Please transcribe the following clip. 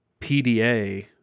pda